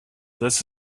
this